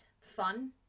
fun